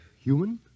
human